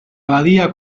abadía